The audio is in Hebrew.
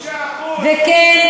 וכן,